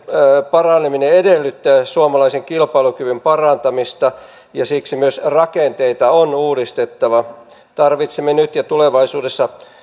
paraneminen edellyttää suomalaisen kilpailukyvyn parantamista ja siksi myös rakenteita on uudistettava tarvitsemme nyt ja tulevaisuudessa